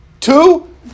Two